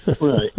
Right